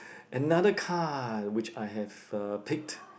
another card which I have uh picked